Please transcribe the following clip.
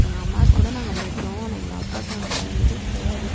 எங்கள் அம்மாக்கு கூட நாங்கள் பயப்படுவோம் ஆனால் எங்கள் அப்பாவுக்கு நாங்கள் பயந்ததே கிடையாது